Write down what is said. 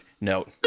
note